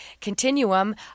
continuum